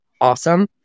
awesome